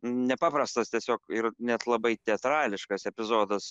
nepaprastas tiesiog ir net labai teatrališkas epizodas